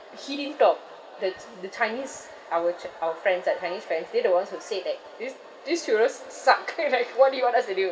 he didn't talk the the chinese our ch~ our friends like chinese friends they're the ones who said that these these churros suck like what do you want us to do